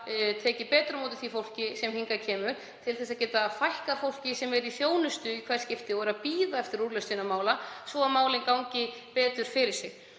tekið betur á móti því fólki sem hingað kemur, til þess að geta fækkað fólki sem er í þjónustu í hvert skipti og er að bíða eftir úrlausn sinna mála svo að málin gangi betur fyrir sig.